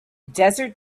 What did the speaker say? desert